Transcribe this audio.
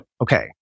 Okay